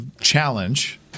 challenge